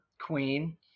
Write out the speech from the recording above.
queen